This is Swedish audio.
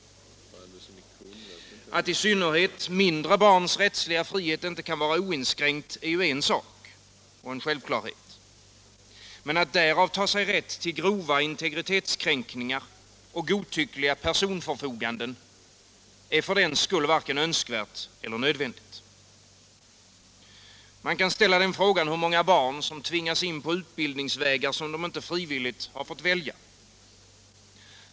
Att i synnerhet mindre barns rättsliga frihet inte kan vara oinskränkt är en sak och en självklarhet. Men att ta sig rätt till grova integritetskränkningar och godtyckliga personförfoganden är för den skull varken önskvärt eller nödvändigt. Man kan ställa frågan hur många barn som tvingas in på utbildningsvägar som de inte frivilligt fått välja.